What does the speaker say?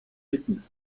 bitten